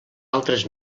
altres